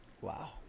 Wow